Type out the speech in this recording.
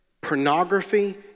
Pornography